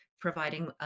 providing